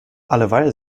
alleweil